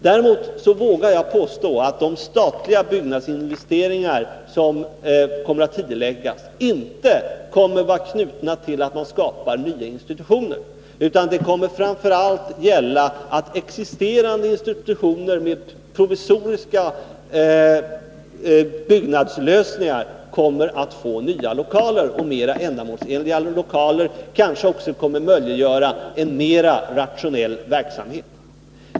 Däremot vågar jag påstå att de statliga byggnadsinvesteringar som kommer att tidigareläggas inte knyts till skapandet av nya institutioner, utan det kommer framför allt att vara så att existerande institutioner med provisoriska byggnadslösningar får nya och mera ändamålsenliga lokaler. Detta kommer kanske också att möjliggöra en mera rationell verksamhet.